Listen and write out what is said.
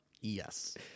yes